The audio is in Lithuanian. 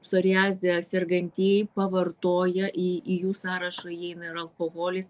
psoriaze sergantieji pavartoję į į jų sąrašą įeina ir alkoholis